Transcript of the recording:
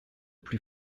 plus